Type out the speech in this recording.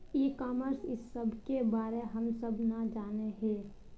E commerce इस सब के बारे हम सब ना जाने हीये?